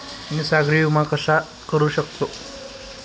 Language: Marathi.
मी सागरी विमा कसा करू शकतो?